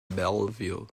belleville